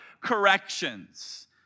corrections